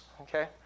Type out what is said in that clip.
Okay